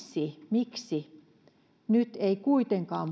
miksi nyt ei kuitenkaan